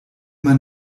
man